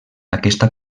aquesta